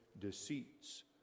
deceits